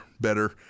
better